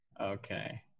Okay